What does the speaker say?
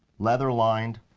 leather lined.